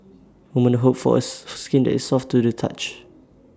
women hope for A skin that is soft to the touch